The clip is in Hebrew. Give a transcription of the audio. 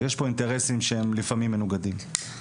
יש פה אינטרסים שהם לפעמים מנוגדים.